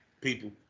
people